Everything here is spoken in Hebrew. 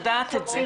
חשוב לדעת את זה,